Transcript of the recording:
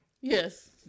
Yes